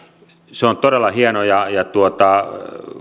se on todella hienoa ja